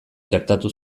txertatu